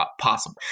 possible